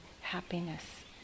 happiness